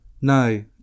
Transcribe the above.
No